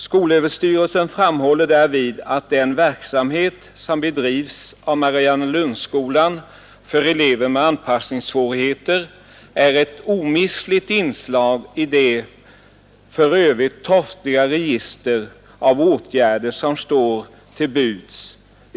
Skolöverstyrelsen framhåller i sitt yttrande att den verksamhet som bedrivs av Mariannelundsskolan för elever med anpassningssvårigheter är ”ett omistligt inslag i det för övrigt torftiga register av åtgärder som står till buds”.